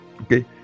okay